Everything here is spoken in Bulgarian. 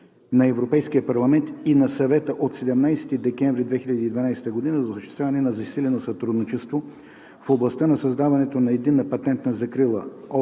на Европейския парламент и на Съвета от 17 декември 2012 година за осъществяване на засилено сътрудничество в областта на създаването на единна патентна закрила (ОВ,